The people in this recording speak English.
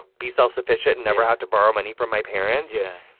be self-sufficient and never have to borrow money from my parents. yeah.